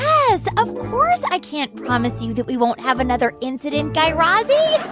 yes. of course, i can't promise you that we won't have another incident, guy razzie